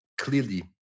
clearly